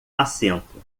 assento